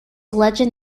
legend